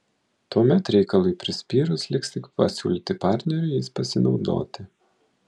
tuomet reikalui prispyrus liks tik pasiūlyti partneriui jais pasinaudoti